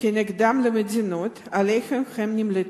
נגדם למדינות שאליהן הם נמלטו?